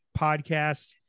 podcasts